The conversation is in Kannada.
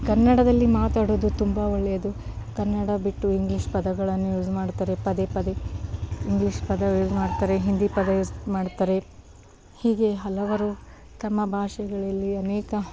ಕನ್ನಡದಲ್ಲಿ ಮಾತಾಡೋದು ತುಂಬ ಒಳ್ಳೆಯದು ಕನ್ನಡ ಬಿಟ್ಟು ಇಂಗ್ಲೀಷ್ ಪದಗಳನ್ನು ಯೂಸ್ ಮಾಡ್ತಾರೆ ಪದೇ ಪದೇ ಇಂಗ್ಲೀಷ್ ಪದ ಯೂಸ್ ಮಾಡ್ತಾರೆ ಹಿಂದಿ ಪದ ಯೂಸ್ ಮಾಡ್ತಾರೆ ಹೀಗೆ ಹಲವಾರು ತಮ್ಮ ಭಾಷೆಗಳಲ್ಲಿ ಅನೇಕ